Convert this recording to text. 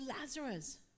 Lazarus